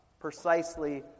precisely